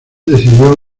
decidió